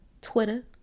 Twitter